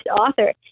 author